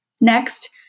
Next